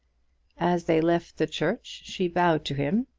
as they left the church she bowed to him,